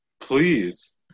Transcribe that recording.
Please